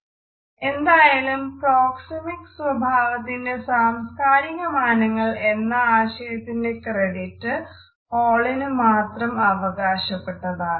ഏതായാലും പ്രോക്സെമിക്സ് സ്വഭാവത്തിന്റെ സാംസ്കാരിക മാനങ്ങൾ എന്ന ആശയത്തിന്റെ ക്രെഡിറ്റ് ഹാളിനുമാത്രം അവകാശപ്പെട്ടതാണ്